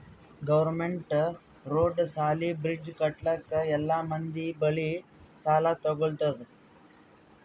government road, ಸಾಲಿ, bridge ಕಟ್ಟಲುಕ್ ಎಲ್ಲಾ ಮಂದಿ ಬಲ್ಲಿ ಸಾಲಾ ತಗೊತ್ತುದ್